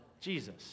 Jesus